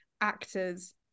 actors